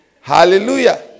Hallelujah